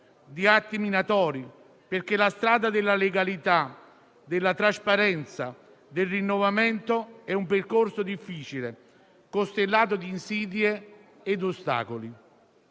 e atti minatori, perché la strada della legalità, della trasparenza e del rinnovamento è un percorso difficile, costellato di insidie e ostacoli.